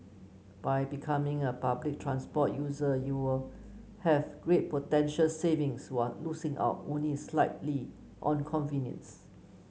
by becoming a public transport user you will have great potential savings one losing out only slightly on convenience